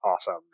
awesome